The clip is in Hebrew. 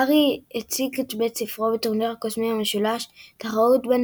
הארי הציג את בית ספרו ב"טורניר הקוסמים המשולש" – תחרות בין